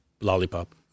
lollipop